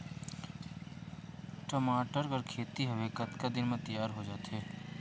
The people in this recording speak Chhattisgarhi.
टमाटर कर खेती हवे कतका दिन म तियार हो जाथे?